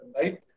right